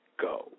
go